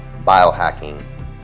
biohacking